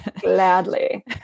gladly